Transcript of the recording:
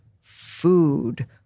food